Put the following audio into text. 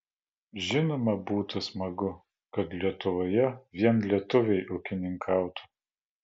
žinoma būtų smagu kad lietuvoje vien lietuviai ūkininkautų